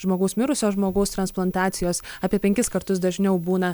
žmogaus mirusio žmogaus transplantacijos apie penkis kartus dažniau būna